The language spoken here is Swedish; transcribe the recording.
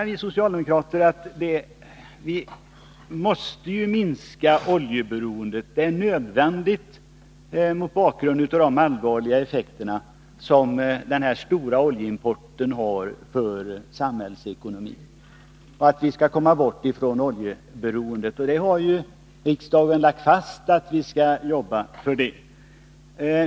Vi socialdemokrater menar att det är nödvändigt att minska oljeberoendet mot bakgrund av de allvarliga effekter som den stora oljeimporten har för samhällsekonomin. Vi måste komma bort från oljeberoendet, och riksdagen har lagt fast att vi skall jobba för detta.